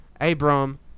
Abram